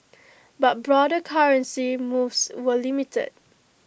but broader currency moves were limited